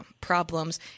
problems